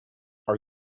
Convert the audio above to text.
are